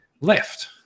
left